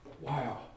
wow